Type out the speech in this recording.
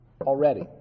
already